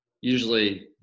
usually